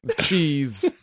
cheese